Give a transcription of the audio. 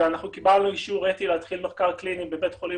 ואנחנו קיבלנו אישור להתחיל מחקר קליני בבית חולים